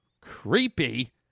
Creepy